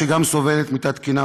שגם סובלת מתת-תקינה,